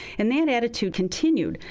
and that attitude continued.